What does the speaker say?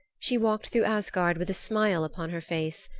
she walked through asgard with a smile upon her face,